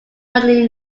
running